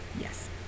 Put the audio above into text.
Yes